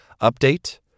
update